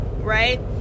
Right